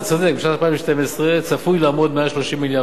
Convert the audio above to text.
בשנת 2012 צפוי לעמוד על מעל 30 מיליארד שקל,